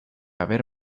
haber